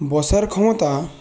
বসার ক্ষমতা